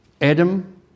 Adam